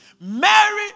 Mary